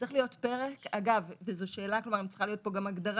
צריך להיות פרק וזו שאלה אם צריכה להיות פה גם הגדרה